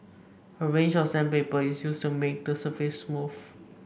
a range of sandpaper is used to make the surface smooth